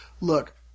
look